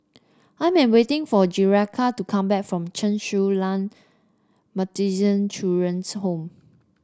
I am waiting for Jerica to come back from Chen Su Lan Children's Home